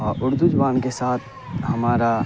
اور اردو زبان کے ساتھ ہمارا